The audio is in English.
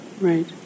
Right